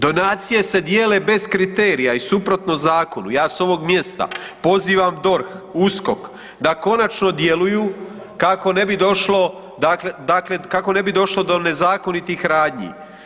Donacije se dijele bez kriterija i suprotno zakonu, ja s ovog mjesta pozivam DORH, USKOK da konačno djeluju kako ne bi došlo, dakle kako ne bi došlo do nezakonitih radnji.